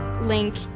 link